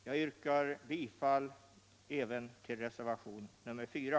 Jag yrkar bifall även till reservationen 4.